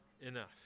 enough